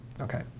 Okay